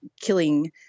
killing